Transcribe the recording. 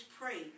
pray